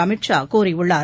அமித் ஷா கூறியுள்ளார்